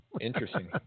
Interesting